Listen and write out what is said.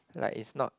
like it's not